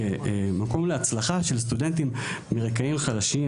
כמקום להצלחה של סטודנטים מרקעים חלשים